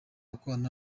gukorana